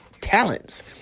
talents